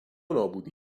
نابودی